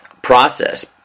process